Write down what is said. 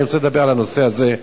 אני רוצה לדבר על הנושא הזה,